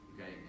Okay